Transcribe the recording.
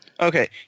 Okay